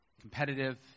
competitive